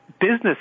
business